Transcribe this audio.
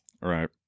Right